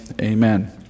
amen